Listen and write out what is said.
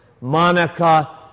Monica